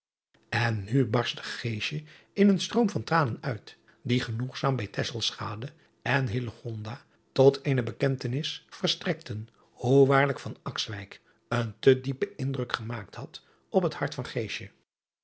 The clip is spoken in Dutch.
n nu barstte in een stroom van tranen uit die genoegzaam bij en tot eene bekentenis verstrekten hoe waarlijk een te diepen indruk gemaakt had op het hart van